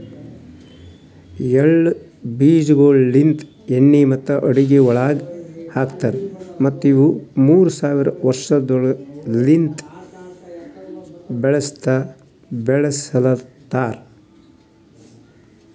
ಎಳ್ಳ ಬೀಜಗೊಳ್ ಲಿಂತ್ ಎಣ್ಣಿ ಮತ್ತ ಅಡುಗಿ ಒಳಗ್ ಹಾಕತಾರ್ ಮತ್ತ ಇವು ಮೂರ್ ಸಾವಿರ ವರ್ಷಗೊಳಲಿಂತ್ ಬೆಳುಸಲತಾರ್